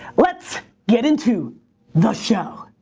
let's get into the show.